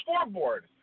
scoreboard